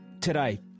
today